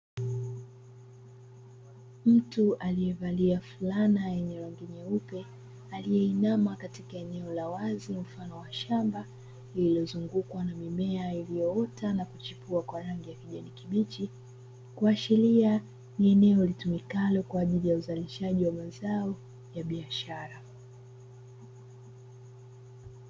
Mtu aliyevalia fulana yenye rangi nyeupe aliyeinama katika eneo la wazi mfano wa shamba, lilizungukwa na mimea iliyoota na kuchipua kwa rangi kibichi, kuashiria ni eneo litumike kalo kwa ajili ya uzalishaji wa mazao ya biashara.